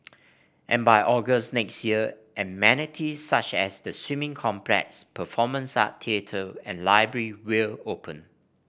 and by August next year amenities such as the swimming complex performance arts theatre and library will open